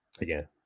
again